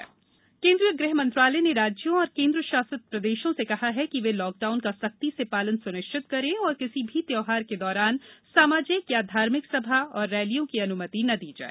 पर्व निर्देश केन्द्रीय गृह मंत्रालय ने राज्यों और केन्द्रशासित प्रदेशों से कहा है कि वे लॉकडाउन का सख्ती से पालन सुनिश्चित करें और किसी भी त्यौहार के दौरान सामाजिक या धार्मिक सभा और रैलियों की अनुमति न दी जाए